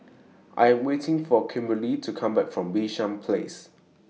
I Am waiting For Kimberli to Come Back from Bishan Place